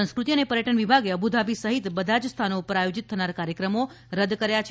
સંસ્કૃતિ અને પર્યટન વિભાગે અબુધાબી સહિત બધા જ સ્થાનો પર આયોજીત થનાર કાર્યક્રમો રદ કર્યા છે